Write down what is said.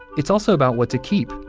it's also about what to keep.